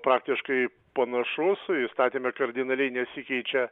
praktiškai panašus įstatyme kardinaliai nesikeičia